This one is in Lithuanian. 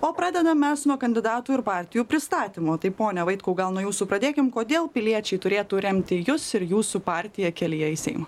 o pradedam mes nuo kandidatų ir partijų pristatymo taip pone vaitkau gal nuo jūsų pradėkim kodėl piliečiai turėtų remti jus ir jūsų partiją kelyje į seimą